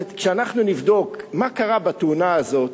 כשאנחנו נבדוק מה קרה בתאונה הזאת,